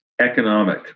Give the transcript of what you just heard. economic